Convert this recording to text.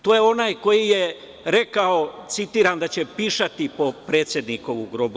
To je onaj koji je rekao, citiram, da će pišati po predsednikovom grobu.